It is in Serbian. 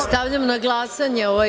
Stavljam na glasanje ovaj